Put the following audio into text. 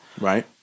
Right